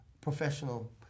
professional